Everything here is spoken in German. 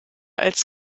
als